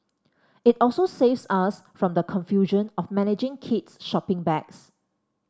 it also saves us from the confusion of managing kids shopping bags